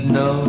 no